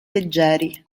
leggeri